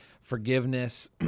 Forgiveness